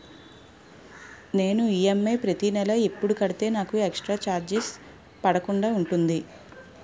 నేను ఈ.ఎం.ఐ ప్రతి నెల ఎపుడు కడితే నాకు ఎక్స్ స్త్ర చార్జెస్ పడకుండా ఉంటుంది?